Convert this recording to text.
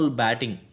batting